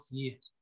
years